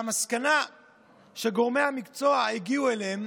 והמסקנה שגורמי המקצוע הגיעו אליה היא